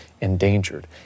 endangered